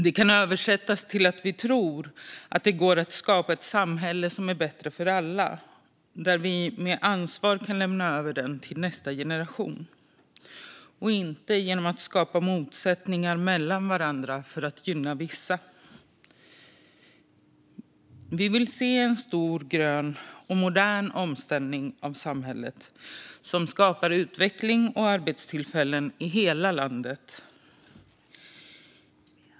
Detta kan översättas till att vi tror att det går att skapa ett samhälle som är bättre för alla, som vi ansvarsfullt kan lämna över till nästa generation - men inte genom att skapa motsättningar mellan varandra för att gynna vissa. Vi vill se en stor grön och modern omställning av samhället, som skapar utveckling och arbetstillfällen i hela landet.